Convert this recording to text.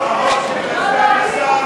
האור של סגן השר,